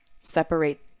separate